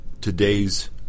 today's